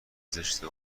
زشته